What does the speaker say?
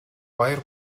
баяр